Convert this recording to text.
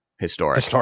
historic